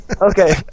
Okay